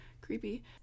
creepy